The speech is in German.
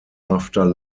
after